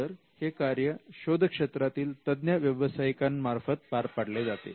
तर हे कार्य शोध क्षेत्रातील तज्ञ व्यवसायिकांमार्फत पार पाडले जाते